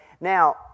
Now